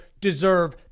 deserve